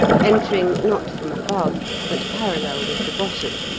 entering not from above but parallel with the bottom,